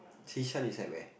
Xishan is at where